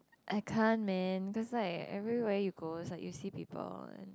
I can't man cause like everywhere you go is like you see people and